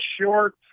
short